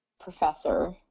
professor